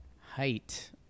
height